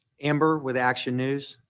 amber with action news.